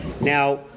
Now